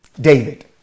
David